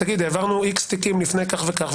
המשטרה תגיד: העברנו X תיקים לפני כך וכך,